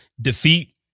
defeat